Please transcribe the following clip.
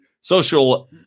social